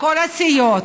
לכל הסיעות,